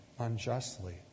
unjustly